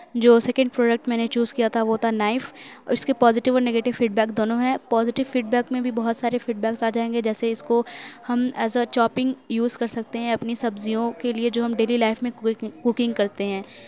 جو second product میں نے چوز کیا تھا وہ تھا نائف اُس کے پازیٹو اور نگیٹو فیڈ بیک دونوں ہیں پازیٹو فیڈ بیک میں بھی بہت سارے فیڈ بیکس آ جائیں گے جیسے کہ اِس کو ہم ایز اے چوپنگ یُوز کر سکتے ہیں اپنی سبزیوں کے لئے جو ہم ڈیلی لائف میں کوکنگ کرتے ہیں